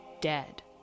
dead